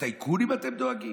לטייקונים אתם דואגים?